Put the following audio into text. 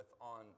on